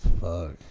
fuck